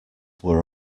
were